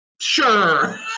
Sure